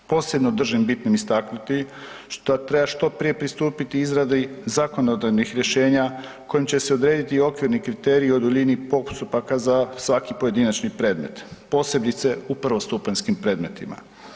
Posebno držim bitnim istaknuti da treba što prije pristupiti izradi zakonodavnih rješenja kojima će se odrediti i okvirni kriteriji o duljini postupaka za svaki pojedinačni predmet posebice u prvostupanjskim predmetima.